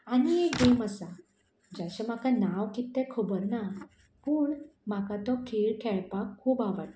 आनी एक गेम आसा जाचें म्हाका नांव कितें तें खबर ना पूण म्हाका तो खेळ खेळपाक खूब आवडटा